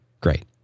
Great